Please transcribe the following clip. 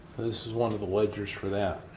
this is one of the ledgers for that.